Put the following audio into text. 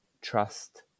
trust